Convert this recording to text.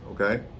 Okay